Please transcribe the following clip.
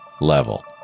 level